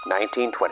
1920